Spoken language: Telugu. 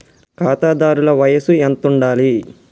ఖాతాదారుల వయసు ఎంతుండాలి?